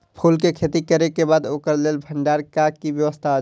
फूल के खेती करे के बाद ओकरा लेल भण्डार क कि व्यवस्था अछि?